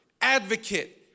advocate